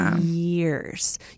years